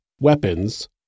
weapons